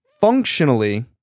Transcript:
Functionally